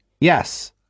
Yes